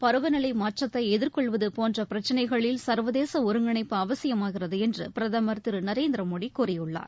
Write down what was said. பருவநிலைமாற்றத்தைதிர்கொள்வதுபோன்றபிரச்சினைகளில் சர்வதேசஒருங்கிணைப்பு அவசியமாகிறதுஎன்றுபிரதமர் திருநரேந்திரமோடிகூறியுள்ளார்